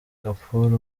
kapoor